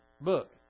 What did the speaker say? book